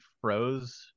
froze